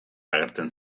agertzen